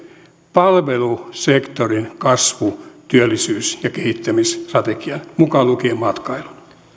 palvelusektorin kasvu työllisyys ja kehittämisstrategian mukaan lukien matkailun